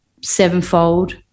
sevenfold